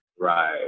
right